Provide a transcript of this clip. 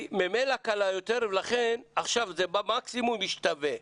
ממילא קלה יותר ולכן עכשיו במקסימום זה משתווה.